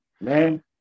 man